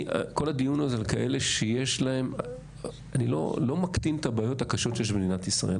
אני לא מקטין את הבעיות הקשות שיש במדינת ישראל,